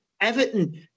Everton